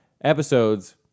episodes